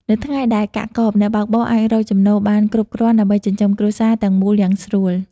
នៅថ្ងៃដែលកាក់កប អ្នកបើកបរអាចរកចំណូលបានគ្រប់គ្រាន់ដើម្បីចិញ្ចឹមគ្រួសារទាំងមូលយ៉ាងស្រួល។